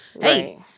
hey